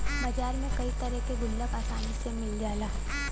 बाजार में कई तरे के गुल्लक आसानी से मिल जाला